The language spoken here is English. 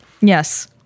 yes